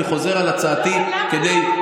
אני חוזר על הצעתי כדי,